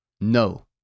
No